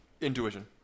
Intuition